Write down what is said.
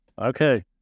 Okay